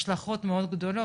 השלכות מאוד גדול,